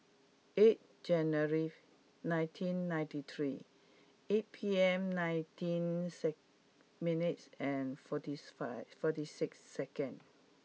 eighth January nineteen ninety three eight P M nineteen six minutes and fortieth five forty six seconds